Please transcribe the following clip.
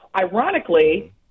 Ironically